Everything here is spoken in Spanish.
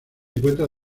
encuentra